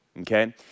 okay